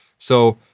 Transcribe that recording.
so,